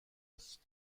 است